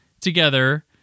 together